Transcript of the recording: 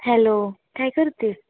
hello काय करते